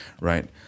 right